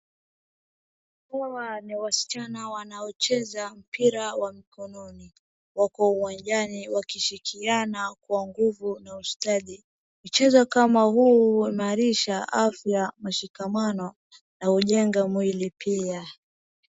Hawa ni wasichana wanaocheza mpira wa mkononi. Wako uwanjani wakishikiana kwa nguvu na ustadi. Mchezo kama huu huimarisha afya, mashikamano na hujenga mwili pia.